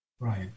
Right